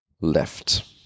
left